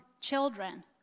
children